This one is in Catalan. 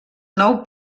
nou